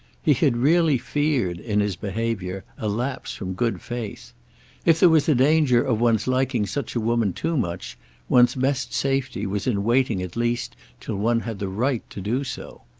he had really feared, in his behaviour, a lapse from good faith if there was a danger of one's liking such a woman too much one's best safety was in waiting at least till one had the right to do so.